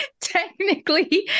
technically